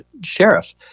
sheriff